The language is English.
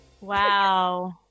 Wow